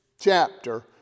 chapter